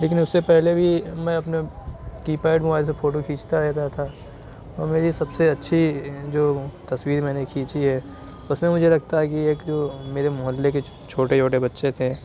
لیکن اس سے پہلے بھی میں اپنے کی پیڈ موبائل سے فوٹو کھینچتا رہتا تھا اور میری سب سے اچھی جو تصویر میں نے کھینچی ہے اس میں مجھے لگتا ہے کہ ایک میرے محلے کے چھوٹے چھوٹے بچے تھے